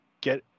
get